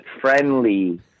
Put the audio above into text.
friendly